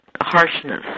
harshness